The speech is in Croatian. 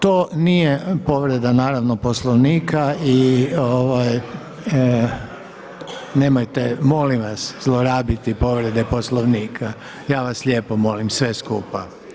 To nije povreda naravno Poslovnika i nemojte molim vas zlorabiti povrede Poslovnika ja vas lijepo molim, sve skupa.